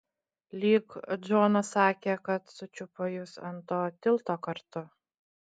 lyg džonas sakė kad sučiupo jus ant to tilto kartu